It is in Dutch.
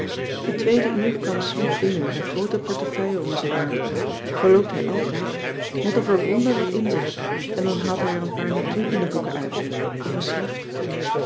het tweede uur kwam smidt binnen met een groote portefeuille onder zijn arm zoo loopt hij altijd net of er wonder wat inzit en dan haalt hij er een paar natuurkundeboeken uit of een schrift